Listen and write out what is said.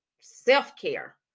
self-care